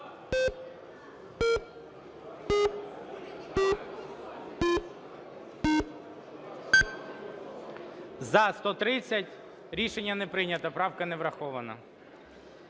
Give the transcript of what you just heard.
За-130 Рішення не прийнято. Правка не врахована.